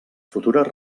futures